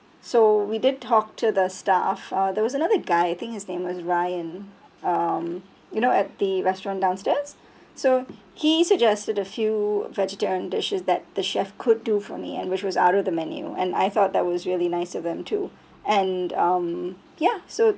so we did talk to the staff uh there was another guy I think his name was ryan um you know at the restaurant downstairs so he suggested a few vegetarian dishes that the chef could do for me and which was out of the menu and I thought that was really nice of them too and um ya so